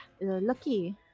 Lucky